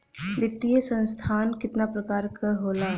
वित्तीय संस्था कितना प्रकार क होला?